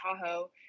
Tahoe